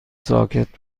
ساکت